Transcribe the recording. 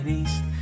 east